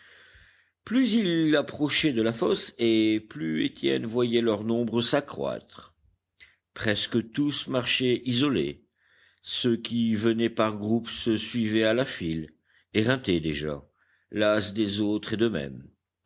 plus il approchait de la fosse et plus étienne voyait leur nombre s'accroître presque tous marchaient isolés ceux qui venaient par groupes se suivaient à la file éreintés déjà las des autres et d'eux-mêmes